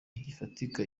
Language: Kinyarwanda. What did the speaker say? gifatika